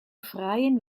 freien